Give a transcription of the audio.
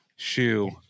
Shoe